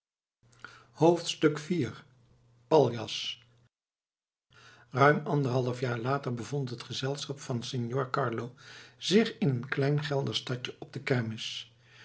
iv paljas ruim anderhalf jaar later bevond het gezelschap van signor carlo zich in een klein geldersch stadje op de kermis